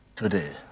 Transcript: today